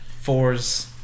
fours